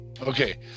Okay